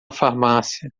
farmácia